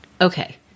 okay